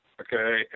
Okay